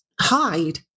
hide